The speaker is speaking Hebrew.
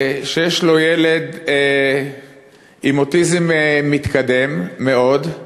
שיש לו ילד עם אוטיזם מתקדם מאוד,